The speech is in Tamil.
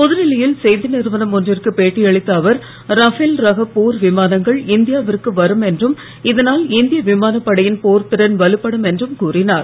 புதுடெல்லியில் செய்தி நிறுவனம் ஒன்றுக்கு பேட்டி அளித்த அவர் ரஃபேல் ரக போர் விமானங்கள் இந்தியாவிற்கு வரும் என்றும் இதனால் இந்திய விமானப்படையின் போர்த்திறன் வலுப்படும் என்றும் கூறினார்